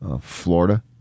Florida